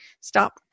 stop